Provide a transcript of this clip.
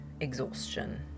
exhaustion